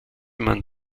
man